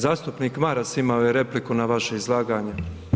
Zastupnik Maras imao je repliku na vaše izlaganje.